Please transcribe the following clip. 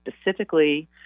specifically